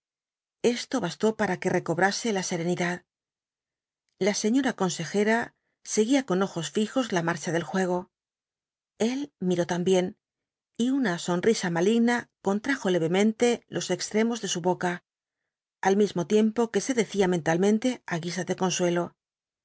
esto bastó para que recobrase la serenidad la señora consejera seguía con ojos fijos la marcha del juego el miró también y una sonrisa maligna contrajo levemente los extremos de su boca al mismo tiempo que se decía mentalmente aguisa de consuelo